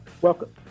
Welcome